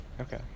Okay